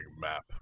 map